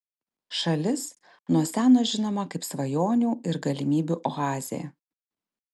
šalis nuo seno žinoma kaip svajonių ir galimybių oazė